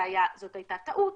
זאת הייתה טעות.